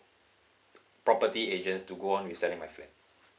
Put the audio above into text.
property agents to go on with selling my flat